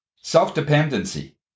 self-dependency